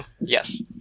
Yes